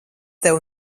tev